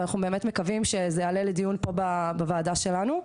ואנחנו מקווים שזה יעלה לדיון פה בוועדה שלנו.